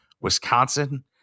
Wisconsin